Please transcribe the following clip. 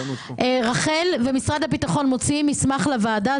רח"ל ומשרד הביטחון מוציאים מסמך לוועדה,